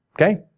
Okay